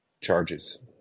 charges